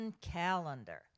calendar